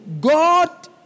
God